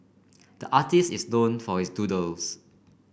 the artist is known for his doodles